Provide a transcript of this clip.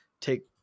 take